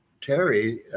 Terry